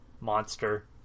monster